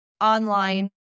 online